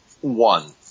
one